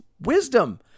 wisdom